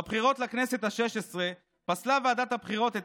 בבחירות לכנסת השש-עשרה פסלה ועדת הבחירות את